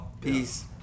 peace